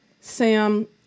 Sam